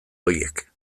horiek